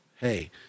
hey